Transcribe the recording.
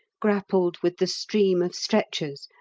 grappled with the stream of stretchers,